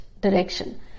direction